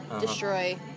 destroy